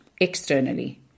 externally